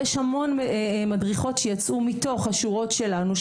יש המון מדריכות שיצאו מתוך השורות שלנו,